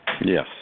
Yes